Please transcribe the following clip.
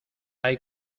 hay